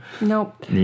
Nope